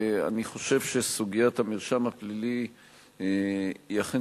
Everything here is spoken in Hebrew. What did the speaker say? אני חושב שסוגיית המרשם הפלילי היא אכן